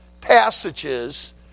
passages